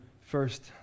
first